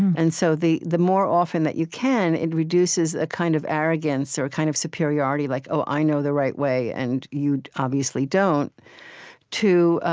and so the the more often that you can, it reduces a kind of arrogance or a kind of superiority, like, oh, i know the right way, and you obviously don't to,